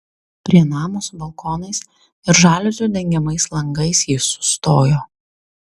prie namo su balkonais ir žaliuzių dengiamais langais jis sustojo